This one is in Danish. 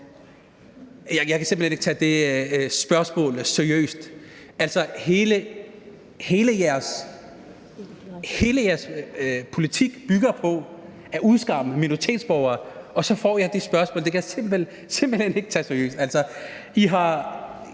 Jeg kan simpelt hen ikke tage det spørgsmål seriøst. Altså, hele jeres politik bygger på at udskamme minoritetsborgere, og så får jeg det spørgsmål. Det kan jeg simpelt hen ikke tage seriøst.